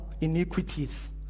iniquities